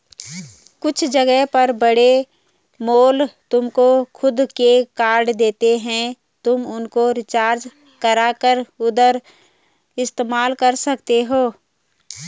कुछ जगह पर बड़े मॉल तुमको खुद के कार्ड देते हैं तुम उनको रिचार्ज करा कर उधर इस्तेमाल कर सकते हो